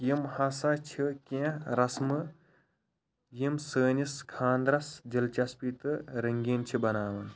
یم ہَسا چھِ کیٚنٛہہ رسمہٕ یم سٲنِس خانٛدرَس دلچسپی تہٕ رٔنٛگیٖن چھِ بناوان